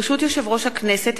ברשות יושב-ראש הכנסת,